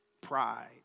pride